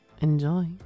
enjoy